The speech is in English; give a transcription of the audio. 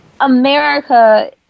america